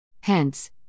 Hence